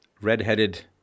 redheaded